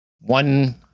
One